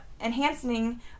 enhancing